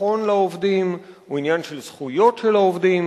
ביטחון לעובדים, הוא עניין של זכויות של העובדים,